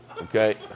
Okay